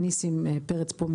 ניסים פרץ פה,